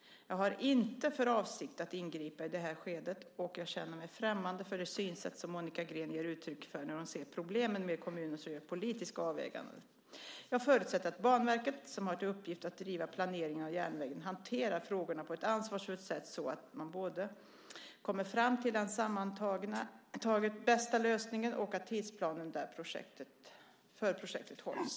Jag har inte för avsikt att ingripa i detta skede, och jag känner mig främmande för det synsätt som Monica Green ger uttryck för när hon ser problem med kommuner som gör politiska avväganden. Jag förutsätter att Banverket, som har till uppgift att driva planeringen av järnvägen, hanterar frågorna på ett ansvarsfullt sätt så att man både kommer fram till den sammantaget bästa lösningen och att tidsplanen för projektet hålls.